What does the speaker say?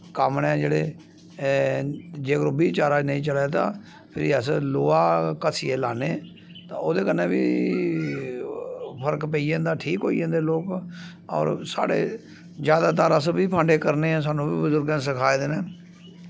कम्म न जेह्ड़े जेकर ओह् बी चारा नेईं चलै तां फ्ही अस लोहा घस्सियै लान्ने ते ओह्दे कन्नै बी फर्क पेई जंदा ठीक होई जन्दे लोक होर साढ़े ज्यादातर अस बी फांडे करने आं सानू बजुर्गैं सखाए दे न